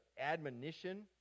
admonition